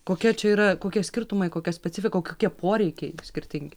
kokia čia yra kokie skirtumai kokia specifika o kokie poreikiai skirtingi